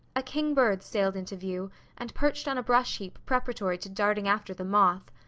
a kingbird sailed into view and perched on a brush-heap preparatory to darting after the moth.